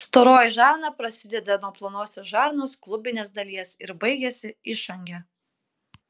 storoji žarna prasideda nuo plonosios žarnos klubinės dalies ir baigiasi išange